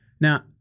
now